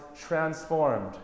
transformed